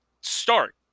start